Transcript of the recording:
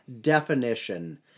definition